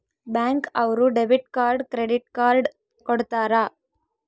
bank ಅವ್ರು debit card credit card ಕೊಡ್ತಾರ